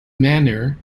manner